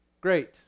Great